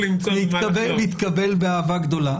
נצליח למצוא --- זה יתקבל באהבה גדולה.